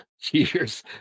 cheers